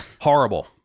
Horrible